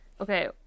Okay